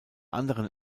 anderen